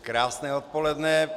Krásné odpoledne.